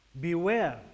beware